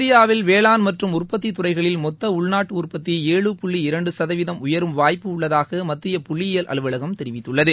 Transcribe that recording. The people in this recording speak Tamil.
இந்தியாவில் வேளாண் மற்றும் உற்பத்தித் துறைகளில் மொத்த உள்நாட்டு உற்பத்தி ஏழு புள்ளி இரண்டு சதவீதம் உயரும் வாய்ப்பு உள்ளதாக மத்திய புள்ளியியல் அலுவலகம் தெரிவித்துள்ளது